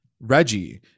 reggie